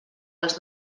els